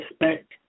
Respect